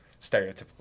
stereotypical